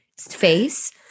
face